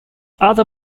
other